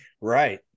right